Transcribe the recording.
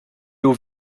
aux